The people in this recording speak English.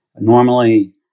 Normally